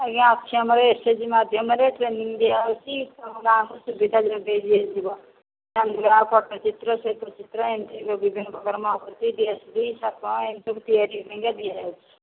ଆଜ୍ଞା ଆମର ଏସଏଚଜି ମାଧ୍ୟମରେ ଟ୍ରେନିଙ୍ଗ ଦିଆହେଉଛି ସବୁ ଗାଁ କୁ ସୁବିଧା ଯୋଗେଇ ଦିଆଯିବ ଚାନ୍ଦୁଆ ପଟ୍ଟଚିତ୍ର ସେତୁ ଚିତ୍ର ଏମିତି ସବୁ ବିଭିନ୍ନ ପ୍ରକାର ମହମବତୀ ଦିଆସିଲି ସପ ଏମିତି ସବୁ ତିଆରି ପାଇଁ କା ଦିଆଯାଉଛି